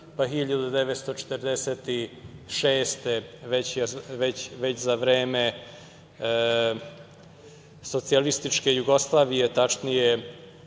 pa 1946. godine, već za vreme Socijalističke Jugoslavije, tačnije